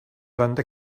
linda